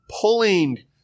pulling